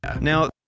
Now